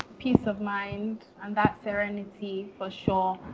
peace of mind and that serenity, for sure,